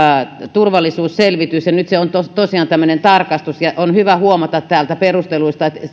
turvallisuusselvitys tulee menemään ja nyt se on tosiaan tämmöinen tarkastus ja on hyvä huomata täältä perusteluista